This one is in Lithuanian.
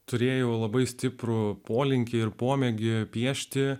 turėjau labai stiprų polinkį ir pomėgį piešti